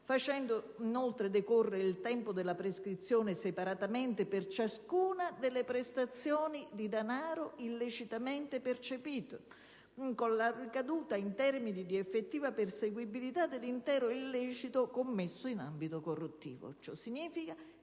facendo inoltre decorrere il tempo della prescrizione separatamente per ciascuna delle prestazioni di denaro illecitamente percepite, con ricadute in termini di effettiva perseguibilità dell'intero illecito commesso in ambito corruttivo.